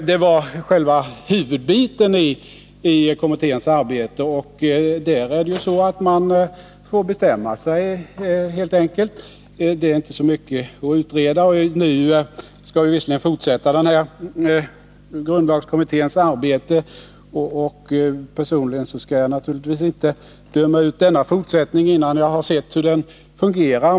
Det var själva huvudbiten i kommitténs arbete, och där är det ju så att man helt enkelt får bestämma sig. Det är inte så mycket att utreda. Nu skall vi visserligen fortsätta med grundlagskommitténs arbete, och personligen skall jag naturligtvis inte döma ut denna fortsättning, innan jag har sett hur den fungerar.